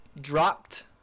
Dropped